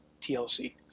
TLC